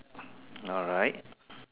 alright